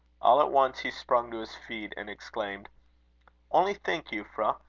all at once he sprung to his feet, and exclaimed only think, euphra!